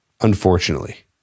unfortunately